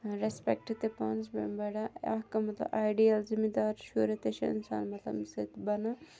رٮ۪سپٮ۪کٹہٕ تہِ پانَس پٮ۪ٹھ بَڑھان اَکھ مطلب آیڈیا ذِمہٕ دار شہرٕ تہِ چھِ اِنسان مطلب امہِ سۭتۍ بَنان